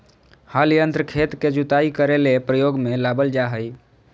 हल यंत्र खेत के जुताई करे ले प्रयोग में लाबल जा हइ